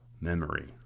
memory